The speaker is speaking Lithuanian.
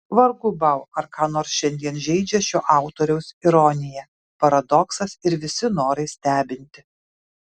vargu bau ar ką nors šiandien žeidžia šio autoriaus ironija paradoksas ir visi norai stebinti